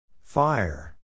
Fire